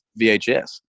VHS